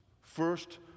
First